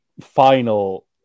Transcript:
final